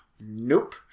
Nope